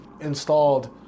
installed